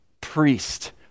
priest